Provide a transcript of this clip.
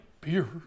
beer